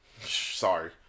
Sorry